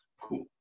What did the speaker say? Cool